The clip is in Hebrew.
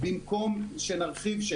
לא בטוח שצריך להחיל את אותן הגבלות